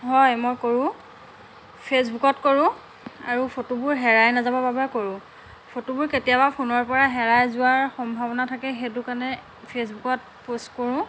হয় মই কৰোঁ ফেচবুকত কৰোঁ আৰু ফটোবোৰ হেৰাই নাযাবৰ বাবে কৰোঁ ফটোবোৰ কেতিয়াবা ফোনৰপৰা হেৰাই যোৱাৰ সম্ভাৱনা থাকে সেইটো কাৰণে ফেচবুকত প'ষ্ট কৰোঁ